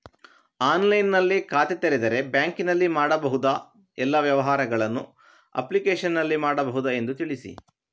ಆನ್ಲೈನ್ನಲ್ಲಿ ಖಾತೆ ತೆರೆದರೆ ಬ್ಯಾಂಕಿನಲ್ಲಿ ಮಾಡಬಹುದಾ ಎಲ್ಲ ವ್ಯವಹಾರಗಳನ್ನು ಅಪ್ಲಿಕೇಶನ್ನಲ್ಲಿ ಮಾಡಬಹುದಾ ಎಂದು ತಿಳಿಸಿ?